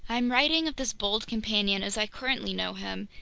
i'm writing of this bold companion as i currently know him.